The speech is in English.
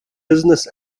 business